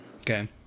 Okay